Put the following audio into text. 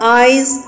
eyes